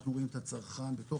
אנחנו רואים את הצרכן בתוכו,